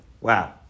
Wow